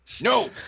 No